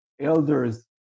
elders